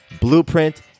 blueprint